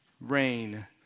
rain